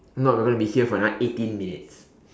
if not we're going to be here for another eighteen minutes